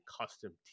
custom